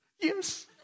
yes